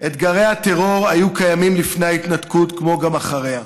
אתגרי הטרור היו קיימים לפני ההתנתקות כמו גם אחריה.